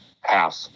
half